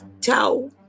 ciao